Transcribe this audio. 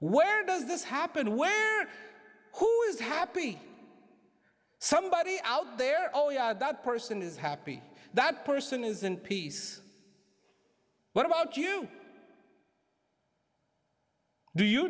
where does this happen where who is happy somebody out there oh yeah that person is happy that person isn't peace what about you do you